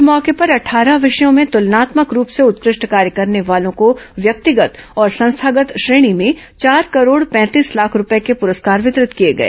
इस मौके पर अट्ठारह विषयों में तुलनात्मक रूप से उत्कृष्ट कार्य करने वालों को व्यक्तिगत और संस्थागत श्रेणी में चार करोड़ पैतीस लाख रूपये के पुरस्कार वितरित किए गए